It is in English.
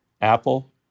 Apple